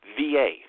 VA